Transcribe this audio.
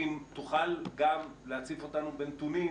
ואם תוכל גם להציף אותנו בנתונים.